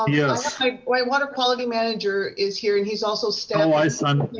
um yeah so like my water quality manager is here and he's also staff. oh, hi, son.